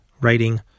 writing